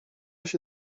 się